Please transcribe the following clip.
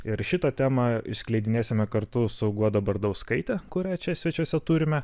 ir šitą temą išskleidinėsime kartu su guoda bardauskaite kurią čia svečiuose turime